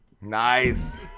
Nice